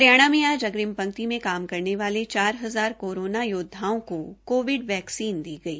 हरियाणा में आज अग्रिम पंक्ति में काम करने वाले चार हज़ार कोरोना योद्धाओं को कोविड वैक्सीन दी गई